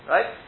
Right